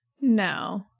No